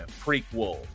prequel